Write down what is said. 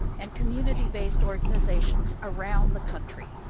and community-based organizations around the country.